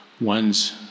ones